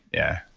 yeah,